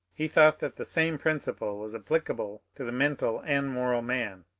he thought that the same principle was appli cable to the mental and moral man.